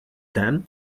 them